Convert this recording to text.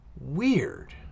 weird